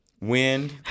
wind